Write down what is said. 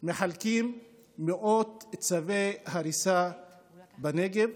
מחלקים מאות צווי הריסה בנגב.